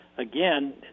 Again